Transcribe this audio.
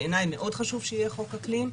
בעיני מאוד חשוב שיהיה חוק אקלים,